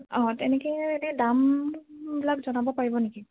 অঁ তেনেকে এনেই দামবিলাক জনাব পাৰিব নেকি